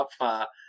up